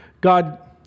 God